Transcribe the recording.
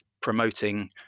promoting